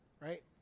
right